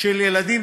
של ילדים,